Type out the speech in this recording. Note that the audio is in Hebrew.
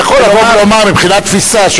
אתה יכול לבוא ולומר מבחינת תפיסה,